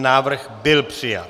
Návrh byl přijat.